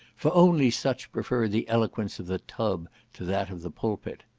for only such prefer the eloquence of the tub to that of the pulpit.